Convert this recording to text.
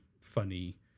funny